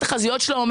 בתחזיות שלה,